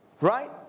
right